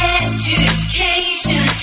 education